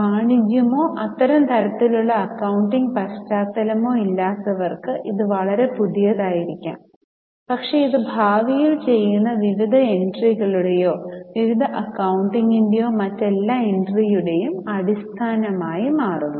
വാണിജ്യമോ അത്തരം തരത്തിലുള്ള അക്കൌണ്ടിംഗ് പശ്ചാത്തലമോ ഇല്ലാത്തവർക്ക് ഇത് വളരെ പുതിയതായിരിക്കാം പക്ഷേ ഇത് ഭാവിയിൽ ചെയ്യുന്ന വിവിധ എൻട്രികളുടെയോ വിവിധ അക്കൌ ണ്ടിംഗിന്റെയോ മറ്റെല്ലാ എൻട്രിയുടെയും അടിസ്ഥാനമായി മാറുന്നു